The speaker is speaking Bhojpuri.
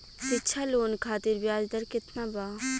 शिक्षा लोन खातिर ब्याज दर केतना बा?